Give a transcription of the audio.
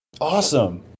Awesome